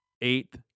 eighth